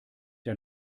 der